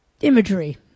imagery